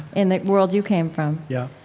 in the world you came from? yeah.